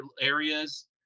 areas